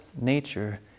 nature